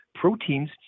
proteins